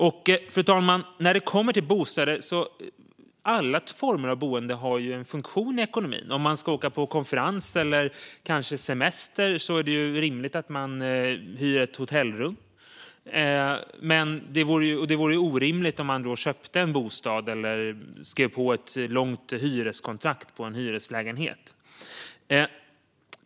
Fru talman! När det kommer till bostäder har alla former av boende en funktion i ekonomin. Om man ska åka på konferens eller kanske semester är det rimligt att man hyr ett hotellrum. Det vore orimligt om man köpte en bostad eller skrev på ett långt kontrakt på en hyreslägenhet.